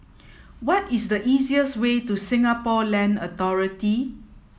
what is the easiest way to Singapore Land Authority